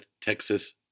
Texas